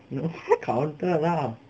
you know counted lah